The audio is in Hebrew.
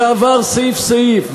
שעבר סעיף-סעיף,